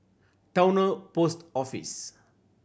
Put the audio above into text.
Towner Post Office